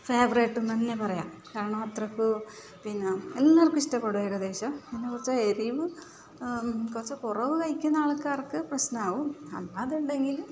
favourite എന്ന് തന്നെ പറയാം കാരണം അത്രയ്ക്ക് പിന്നെ എല്ലാവർക്കും ഇഷ്ടപ്പെടും ഏകദേശം എന്ന് വെച്ചാൽ എരിവ് കുറച്ച് കുറവ് കഴിക്കുന്ന ആൾക്കാർക്ക് പ്രശ്നമാകും അപ്പോൾ അതുണ്ടെങ്കിൽ